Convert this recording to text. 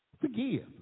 forgive